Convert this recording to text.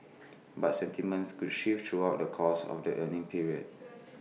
but sentiments could shift throughout the course of the earnings period